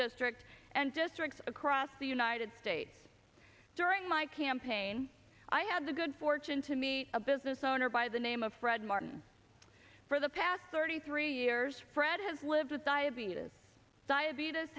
district and districts across the united states during my campaign i had the good fortune to meet a business owner by the name of fred martin for the past thirty three years fred has lived with diabetes diabetes